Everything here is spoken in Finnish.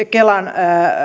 kelan